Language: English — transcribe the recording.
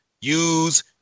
use